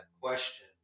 question